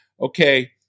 okay